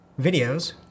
videos